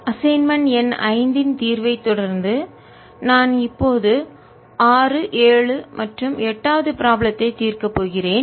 assignment எண் 5 இன் தீர்வைத் தொடர்ந்து நான் இப்போது 6 7 மற்றும் 8 வது ப்ராப்ளத்தை தீர்க்கப் போகிறேன்